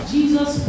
Jesus